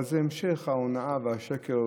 אבל זה המשך ההונאה והשקר,